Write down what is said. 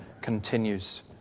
continues